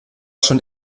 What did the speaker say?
schon